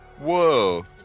Whoa